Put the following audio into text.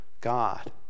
God